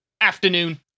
afternoon